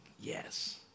Yes